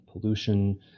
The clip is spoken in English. Pollution